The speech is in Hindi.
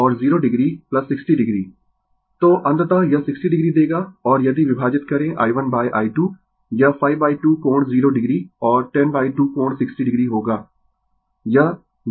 तो अंततः यह 60 o देगा और यदि विभाजित करें i1 i2 यह 52 कोण 0 o और 102 कोण 60 o होगा